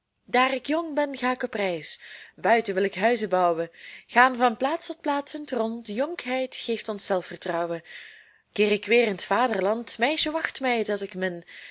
daar ik jong ben ga k op reis buiten wil ik huizen bouwen gaan van plaats tot plaats in t rond jonkheid geeft ons zelfvertrouwen keer ik weer in t vaderland t meisje wacht mij dat ik min